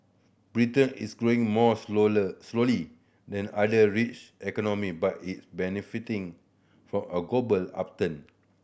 Britain is growing more slowly than other rich economy but is benefiting for a global upturn